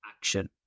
action